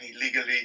illegally